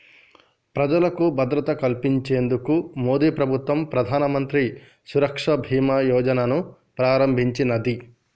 ప్రజలకు భద్రత కల్పించేందుకు మోదీప్రభుత్వం ప్రధానమంత్రి సురక్ష బీమా యోజనను ప్రారంభించినాది